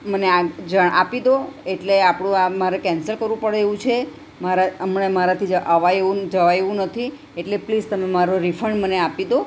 મને આ જ આપી દો એટલે આપણું આ મારે કેન્સલ કરવું પડે એવું છે મારા હમણાં મારાથી અવાય એવું જવાય એવું નથી એટલે પ્લીઝ તમે મારો રિફંડ મને આપી દો